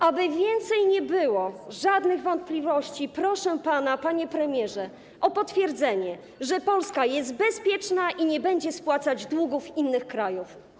Aby więcej nie było żadnych wątpliwości, proszę pana, panie premierze, o potwierdzenie, że Polska jest bezpieczna i nie będzie spłacać długów innych krajów.